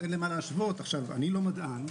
אין למה להשוות אני לא מדען.